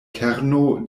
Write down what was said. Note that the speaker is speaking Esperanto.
kerno